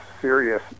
serious